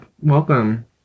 welcome